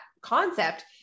concept